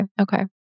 Okay